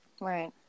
Right